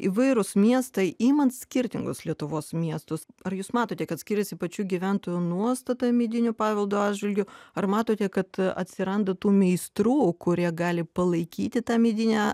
įvairūs miestai imant skirtingus lietuvos miestus ar jūs matote kad skiriasi pačių gyventojų nuostata medinio paveldo atžvilgiu ar matote kad atsiranda tų meistrų kurie gali palaikyti tą medinį